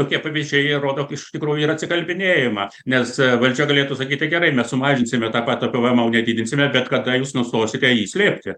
tokie pavyzdžiai rodo iš tikrųjų ir atsikalbinėjimą nes valdžia galėtų sakyt tai gerai mes sumažinsime tą pat pėvėemą o ne didinsime bet kada jūs nustosite jį slėpti